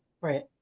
Right